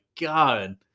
god